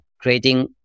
creating